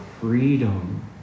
freedom